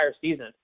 season